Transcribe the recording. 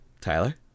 Tyler